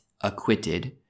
acquitted